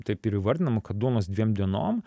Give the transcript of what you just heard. taip ir įvardinama kad duonos dviem dienom